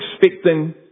expecting